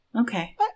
okay